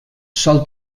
sol